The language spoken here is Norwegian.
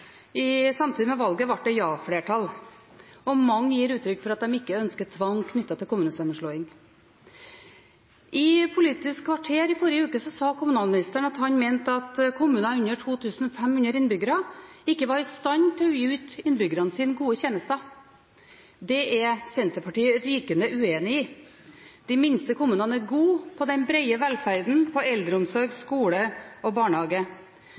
folkeavstemning samtidig med valget, ble det ja-flertall, og mange gir uttrykk for at de ikke ønsker tvang knyttet til kommunesammenslåing. I Politisk kvarter forrige uke sa kommunalministeren at han mente at kommuner med under 2 500 innbyggere ikke var i stand til å yte innbyggerne sine gode tjenester. Det er Senterpartiet rykende uenig i. De minste kommunene er gode på den brede velferden – på eldreomsorg, skole og barnehage.